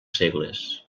segles